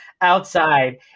outside